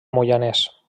moianès